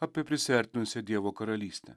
apie prisiartinusią dievo karalystę